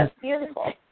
beautiful